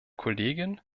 kollegin